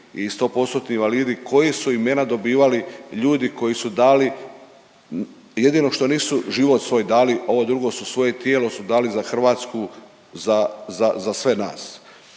invalidi koji su imena dobivali ljudi kolji su dali, jedino što nisu život svoj dali, ovo drugo su svoje tijelo su dali za Hrvatsku, za sve nas.